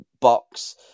box